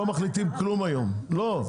אני